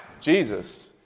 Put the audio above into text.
Jesus